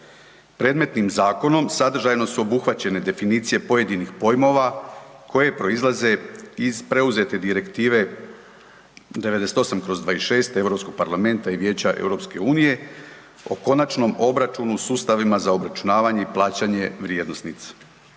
Predmetnim zakonom sadržajno su obuhvaćene definicije pojedinih pojmova koje proizlaze iz preuzete Direktive 98/26 Europskog parlamenta i Vijeća EU o konačnom obračunu sustavima za obračunavanje i plaćanje vrijednosnica.